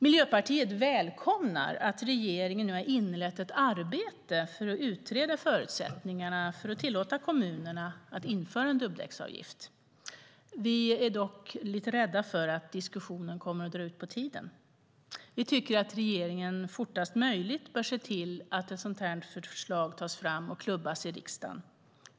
Miljöpartiet välkomnar att regeringen nu har inlett ett arbete med att utreda förutsättningarna för att tillåta kommunerna att införa en dubbdäcksavgift. Vi är dock lite rädda för att diskussionen kommer att dra ut på tiden. Vi menar att regeringen fortast möjligt bör se till att ett sådant förslag tas fram och klubbas i riksdagen.